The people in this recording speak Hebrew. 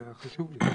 זה היה חשוב לי.